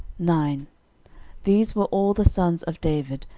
nine these were all the sons of david,